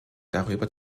darüber